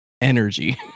energy